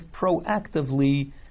proactively